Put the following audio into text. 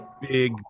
big